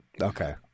Okay